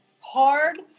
hard